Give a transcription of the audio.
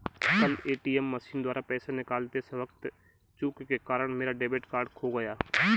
कल ATM machine द्वारा पैसे निकालते वक़्त चूक के कारण मेरा डेबिट कार्ड खो गया